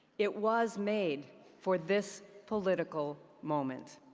it was made for this political moment.